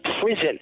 prison